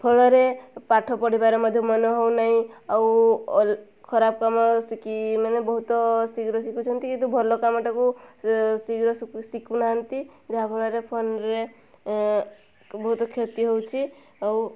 ଫଳରେ ପାଠ ପଢ଼ିବାରେ ମଧ୍ୟ ମନ ହେଉନାହିଁ ଆଉ ଅ ଖରାପ କାମ ଶିଖି ମାନେ ବହୁତ ଶୀଘ୍ର ଶିଖୁଛନ୍ତି କିନ୍ତୁ ଭଲ କାମଟାକୁ ଶୀଘ୍ର ଶିଖୁନାହାନ୍ତି ଯାହାଫଳରେ ଫୋନ୍ରେ ବହୁତ କ୍ଷତି ହେଉଛି ଆଉ